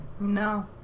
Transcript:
No